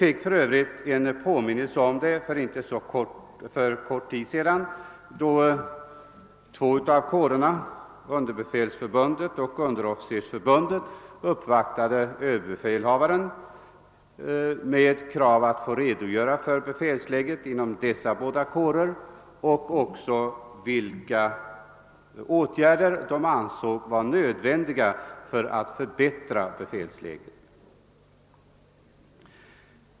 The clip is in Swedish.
Vi fick en påminnelse om förhållandet för kort tid sedan, då två av kårorganisationerna, <Underbefälsförbundet och Underofficersförbundet, uppvaktade överbefälhavaren med krav på att få redogöra för befälsläget inom sina förbund och om vilka åtgärder de ansåg vara nödvändiga för att förbättra befälsläget.